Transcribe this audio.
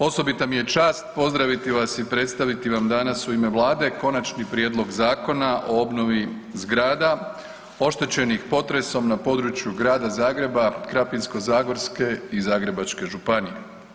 Osobita mi je čast pozdraviti vas i predstaviti vam danas u ime vlade Konačni prijedlog Zakona o obnovi zgrada oštećenih potresom na području Grada Zagreba, Krapinsko-zagorske i Zagrebačke županije.